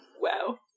Wow